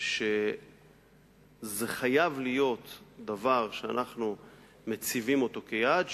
שזה חייב להיות דבר שאנחנו מציבים כיעד,